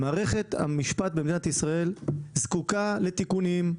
מערכת המשפט במדינת ישראל זקוקה לתיקונים,